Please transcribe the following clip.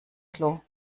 klo